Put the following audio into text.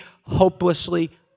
hopelessly